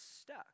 stuck